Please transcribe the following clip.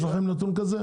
יש לכם נתון כזה?